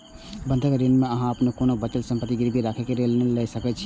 बंधक ऋण मे अहां अपन कोनो अचल संपत्ति गिरवी राखि कें ऋण लए सकै छी